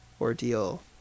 ordeal